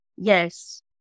Yes